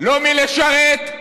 לא מלשרת,